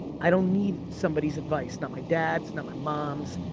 i don't need somebody's advice. not my dad's, not my mom's,